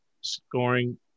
scoring